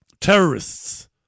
terrorists